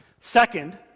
Second